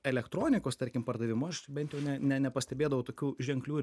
elektronikos tarkim pardavimų aš bent jau ne ne nepastebėdavau tokių ženklių ir